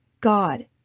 God